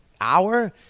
hour